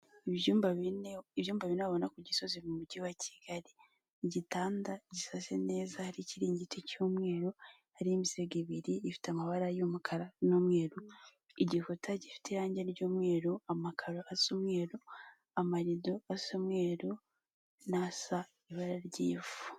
Umugabo mugufi wambaye ipantaro y'umukara n'umupira usa nkivu aho arimo araseka areba umuntu uri kumufotora, inyuma ye hari icyapa kinini cyane gisa ubururu.